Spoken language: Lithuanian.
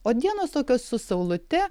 o dienos tokios su saulute